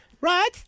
Right